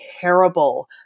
terrible